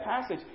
passage